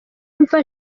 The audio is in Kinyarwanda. imva